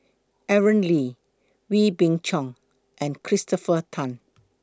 Aaron Lee Wee Beng Chong and Christopher Tan